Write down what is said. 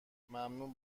ممنون